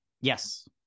yes